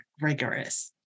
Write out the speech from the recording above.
rigorous